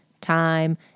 time